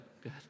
good